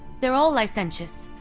they're all licentious,